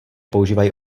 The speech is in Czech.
používají